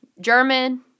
German